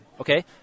Okay